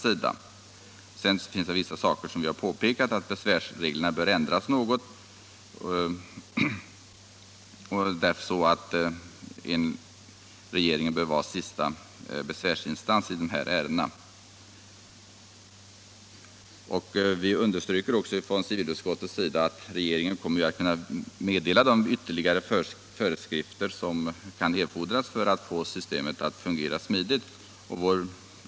Civilutskottet har påpekat vissa saker, t.ex. att besvärsreglerna ändras så att regeringen blir sista besvärsinstans i dessa ärenden. Vi understryker också att regeringen har att meddela de ytterligare föreskrifter som kan erfordras för att få systemet att fungera smidigt.